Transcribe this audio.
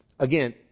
Again